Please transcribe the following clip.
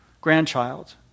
grandchild